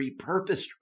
repurposed